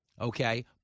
okay